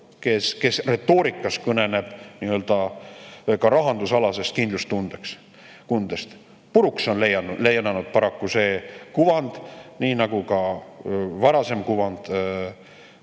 kes retoorikas kõneleb ka rahandusalasest kindlustundest! Puruks on lennanud paraku see kuvand, nii nagu ka varasem kuvand